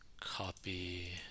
copy